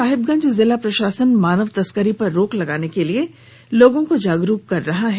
साहेबगंज जिला प्रशासन मानव तस्करी पर रोक लगाने के लिए लोगों को जागरूक कर रहा है